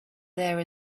there